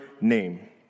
name